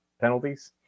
penalties